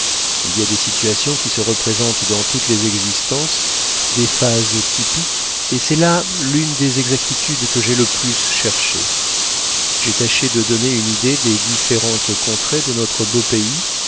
il y a des situations qui se représentent dans toutes les existences des phases typiques et c'est là l'une des exactitudes que j'ai le plus cherchées j'ai tâché de donner une idée des différentes contrées de notre beau pays